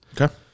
Okay